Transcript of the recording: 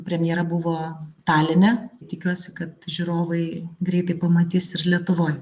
premjera buvo taline tikiuosi kad žiūrovai greitai pamatys ir lietuvoj